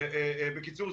בקיצור,